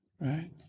right